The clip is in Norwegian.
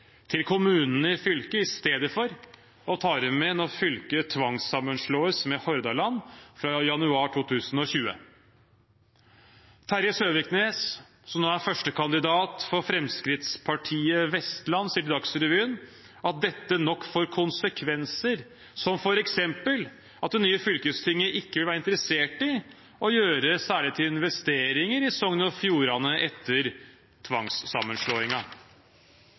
til kommunene i fylket, i stedet for å ta dem med når fylket tvangssammenslås med Hordaland fra januar 2020. Terje Søviknes, som nå er førstekandidat for Vestland Fremskrittsparti, sier til Dagsrevyen at dette nok får konsekvenser, som f.eks. at det nye fylkestinget ikke vil være interessert i å gjøre noen særlige investeringer i Sogn og Fjordane etter